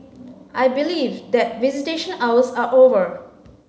I believe that visitation hours are over